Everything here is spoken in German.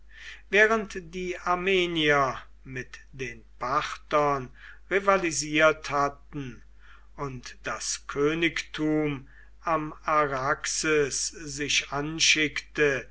während die armenier mit den parthern rivalisiert hatten und das königtum am araxes sich anschickte